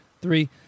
three